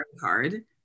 Hard